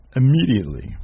immediately